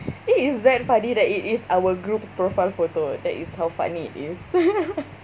eh it's that funny that it is our group's profile photo that is how funny it is